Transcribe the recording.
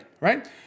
right